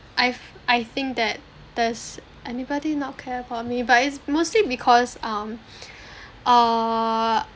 I've I think that does anybody not care for me but it's mostly because um err